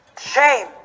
Shame